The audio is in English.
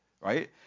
Right